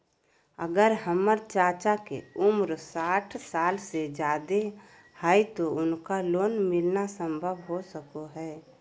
अगर हमर चाचा के उम्र साठ साल से जादे हइ तो उनका लोन मिलना संभव हो सको हइ?